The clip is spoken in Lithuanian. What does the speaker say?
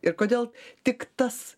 ir kodėl tik tas